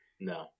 No